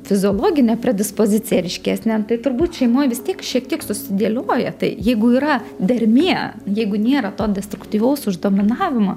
fiziologinė predispozicija ryškesnė tai turbūt šeimoj vis tiek šiek tiek susidėlioja tai jeigu yra dermė jeigu nėra to destruktyvaus uždominavimo